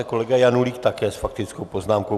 Kolega Janulík také s faktickou poznámkou.